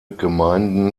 gemeinden